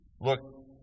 Look